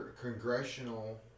Congressional